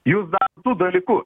jūs darot du dalykus